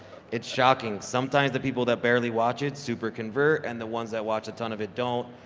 it's shocking sometimes the people that barely watch it super convert and the ones that watch a ton of it don't,